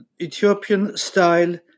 Ethiopian-style